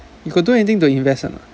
you got do anything to invest or not